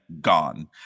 gone